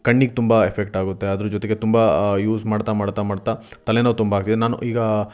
ಕಣ್ಣಿಗೆ ತುಂಬ ಎಫೆಕ್ಟ್ ಆಗುತ್ತೆ ಅದ್ರ ಜೊತೆಗೆ ತುಂಬ ಯೂಸ್ ಮಾಡ್ತಾ ಮಾಡ್ತಾ ಮಾಡ್ತಾ ತಲೆನೋವು ತುಂಬ ಆಗಿದೆ ನಾನು ಈಗ